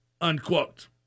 unquote